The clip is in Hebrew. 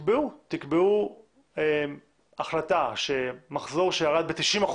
תקבעו החלטה שמחזור שירד ב-90%,